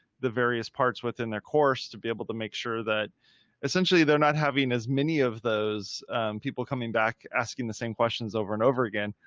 various parts within their course to be able to make sure that essentially they're not having as many of those people coming back, asking the same questions over and over again.